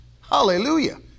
Hallelujah